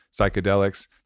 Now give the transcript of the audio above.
psychedelics